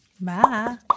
Bye